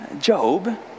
Job